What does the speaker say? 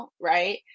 right